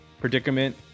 predicament